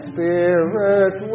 Spirit